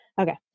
Okay